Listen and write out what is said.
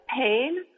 pain